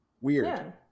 Weird